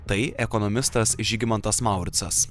tai ekonomistas žygimantas mauricas